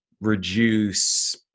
reduce